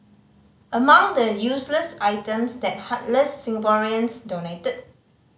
among the useless items that heartless Singaporeans donated